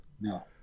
No